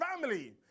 family